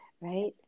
right